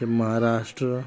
Maharashtra